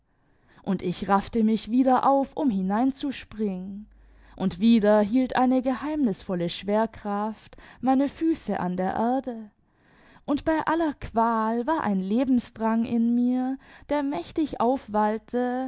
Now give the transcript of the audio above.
und ich raffte mich wieder auf um hineinzuspringen imd wieder hielt eine geheinmisvolle schwerkraft meine füße an der erde imd bei aller qual war ein lebensdrang in mir der mächtig aufwallte